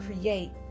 create